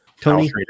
Tony